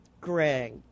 Greg